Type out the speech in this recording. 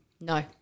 No